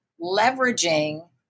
leveraging